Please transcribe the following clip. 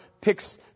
picks